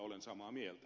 olen samaa mieltä